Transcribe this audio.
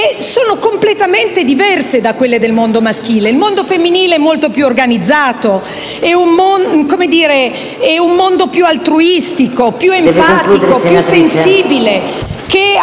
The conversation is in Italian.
sono completamente diverse da quelle del mondo maschile. Il mondo femminile è molto più organizzato, più altruistico, più empatico, più sensibile,